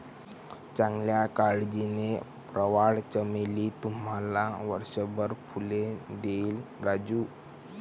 चांगल्या काळजीने, प्रवाळ चमेली तुम्हाला वर्षभर फुले देईल राजू